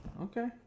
Okay